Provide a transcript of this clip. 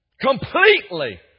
Completely